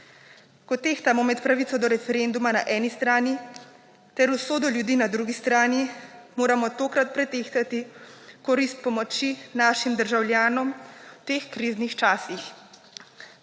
Ko tehtamo med pravico referenduma na eni strani ter usodo ljudi na drugi strani, moramo tokrat pretehtati korist pomoči našim državljanom v teh kriznih časih.